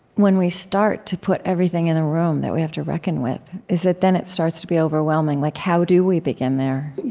when we start to put everything in the room that we have to reckon with, is that then, it starts to be overwhelming like how do we begin there?